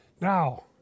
Now